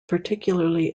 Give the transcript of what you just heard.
particularly